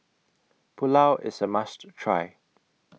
Pulao IS A must Try